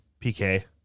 PK